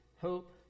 hope